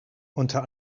unter